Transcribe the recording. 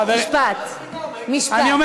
לא, לא.